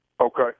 Okay